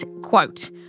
quote